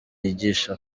yigisha